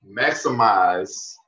maximize